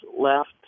left